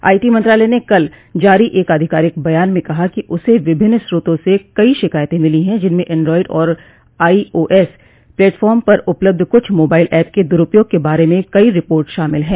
IT मंत्रालय ने कल जारी एक आधिकारिक बयान में कहा कि उसे विभिन्न स्रोतों से कई शिकायतें मिली हैं जिनमें एंड्रॉइड और आई ओ एस प्लेटफॉर्म पर उपलब्ध कुछ मोबाइल ऐप के दुरुपयोग के बारे में कई रिपोर्ट शामिल हैं